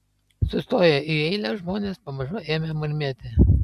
sustoję į eilę žmonės pamažu ėmė murmėti